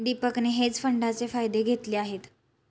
दीपकने हेज फंडाचे फायदे घेतले आहेत